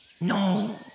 No